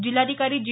जिल्हाधिकारी जी